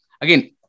again